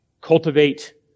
cultivate